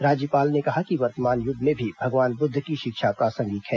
राज्यपाल ने कहा कि वर्तमान युग में भी भगवान बुद्ध की शिक्षा प्रासंगिक है